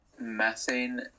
Methane